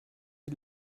die